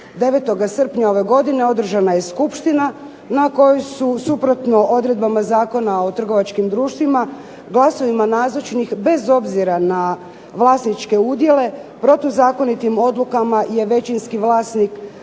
9. srpnja ove godine održana je skupština na kojoj su suprotno odredbama Zakona o trgovačkim društvima glasovima nazočnih bez obzira na vlasničke udjele, protuzakonitim odlukama je većinski vlasnik